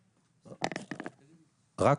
רק,